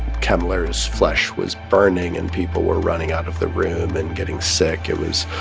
kemmler's flesh was burning, and people were running out of the room and getting sick. it was